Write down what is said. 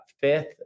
fifth